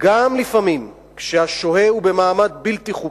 שלפעמים גם כשהשוהה הוא במעמד בלתי חוקי,